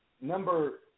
number